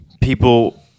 People